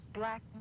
black